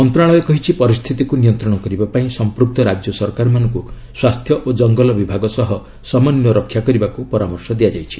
ମନ୍ତ୍ରଣାଳୟ କହିଛି ପରିସ୍ଥିତିକୁ ନିୟନ୍ତ୍ରଣ କରିବା ପାଇଁ ସମ୍ପୃକ୍ତ ରାଜ୍ୟ ସରକାରମାନଙ୍କୁ ସ୍ୱାସ୍ଥ୍ୟ ଓ ଜଙ୍ଗଲ ବିଭାଗ ସହ ସମନ୍ଧୟ ରକ୍ଷା କରିବାକୁ ପରାମର୍ଶ ଦିଆଯାଇଛି